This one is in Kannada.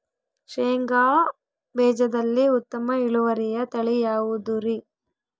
ಶೇಂಗಾ ಬೇಜದಲ್ಲಿ ಉತ್ತಮ ಇಳುವರಿಯ ತಳಿ ಯಾವುದುರಿ?